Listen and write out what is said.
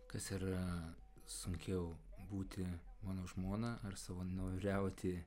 kas yra sunkiau būti mano žmona ar savanoriauti